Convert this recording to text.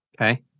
Okay